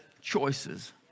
choices